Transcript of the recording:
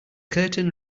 curtain